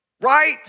right